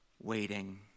waiting